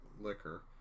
liquor